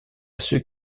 ceux